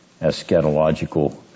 eschatological